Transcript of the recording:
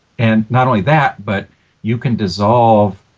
and not only that, but you can dissolve